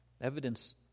Evidence